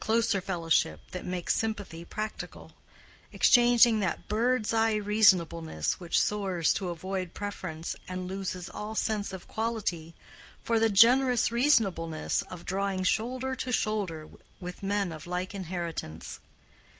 the closer fellowship that makes sympathy practical exchanging that bird's eye reasonableness which soars to avoid preference and loses all sense of quality for the generous reasonableness of drawing shoulder to shoulder with men of like inheritance.